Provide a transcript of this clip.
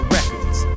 Records